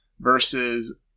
versus